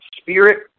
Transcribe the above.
spirit